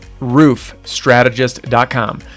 roofstrategist.com